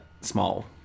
small